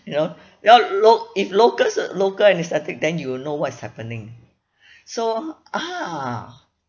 you know well loc~ if locals uh local anesthetic then you will know what is happening so ah